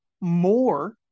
more